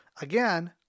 Again